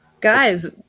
guys